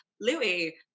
Louis